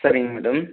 சரிங்க மேடம்